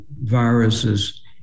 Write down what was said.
viruses